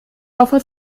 laufe